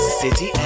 City